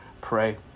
pray